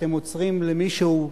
כשאתם עוצרים למישהו,